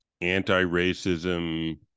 anti-racism